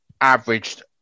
averaged